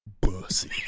bussy